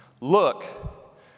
Look